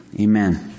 Amen